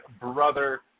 Brother